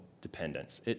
dependence